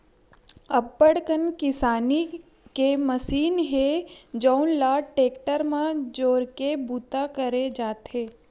अब्बड़ कन किसानी के मसीन हे जउन ल टेक्टर म जोरके बूता करे जाथे